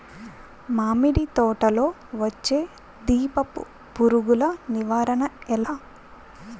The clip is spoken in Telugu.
మామిడి తోటలో వచ్చే దీపపు పురుగుల నివారణ ఎలా?